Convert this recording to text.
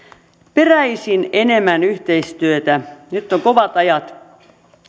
peräisin enemmän yhteistyötä nyt ovat kovat ajat